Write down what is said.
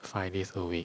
five days a week